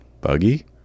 Buggy